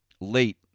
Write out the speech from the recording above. Late